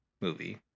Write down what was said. movie